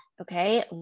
Okay